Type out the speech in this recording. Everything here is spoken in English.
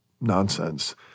nonsense